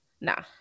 nah